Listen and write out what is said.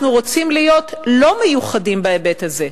אנחנו רוצים להיות לא מיוחדים בהיבט הזה.